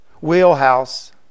Wheelhouse